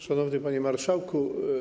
Szanowny Panie Marszałku!